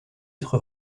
être